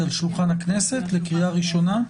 היא על שולחן הכנסת לקריאה ראשונה?